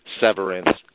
severance